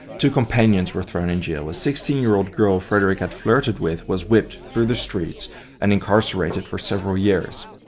two companions were thrown in jail, a sixteen year old girl frederick had flirted with was whipped through the streets and incarcerated for several years.